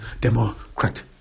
democrat